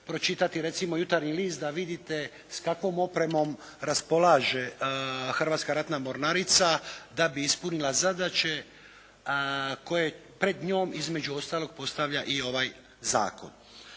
pročitati recimo "Jutarnji list" da vidite s kakvom opremom raspolaže Hrvatska ratna mornarica da bi ispunila zadaće koje pred njom između ostalog postavlja i ovaj zakon.